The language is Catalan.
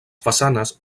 façanes